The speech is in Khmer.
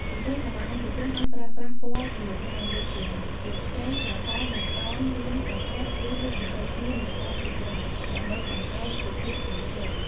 ចំពោះសាលាឯកជនអាចប្រើប្រាស់ពណ៌ជាច្រើនដូចជា ខៀវខ្ចី ក្រហម បៃតង លឿង ប្រផេះ ឬលាយបញ្ចូលគ្នានៃពណ៌ជាច្រើន ដើម្បីបង្កើតជាភាពលេចធ្លោ។